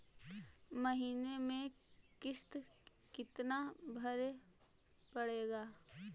महीने में किस्त कितना भरें पड़ेगा?